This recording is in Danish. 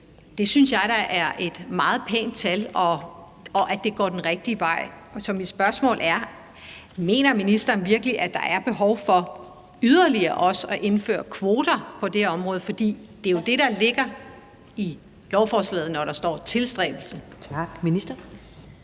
Det synes jeg da er et meget pænt tal, og at det går den rigtige vej. Så mit spørgsmål er: Mener ministeren virkelig, at der er behov for også yderligere at indføre kvoter på det område, for det er jo det, der ligger i lovforslaget, når der står »tilstræbes«? Kl.